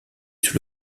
sur